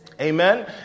amen